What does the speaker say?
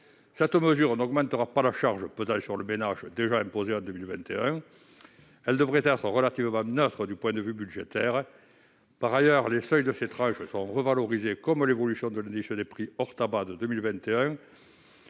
Cette mesure n'augmentera pas la charge pesant sur les ménages déjà imposés en 2021. Elle devrait être relativement neutre du point de vue budgétaire. Par ailleurs, les seuils de ces tranches sont revalorisés de manière à évoluer comme l'indice des prix hors tabac en 2021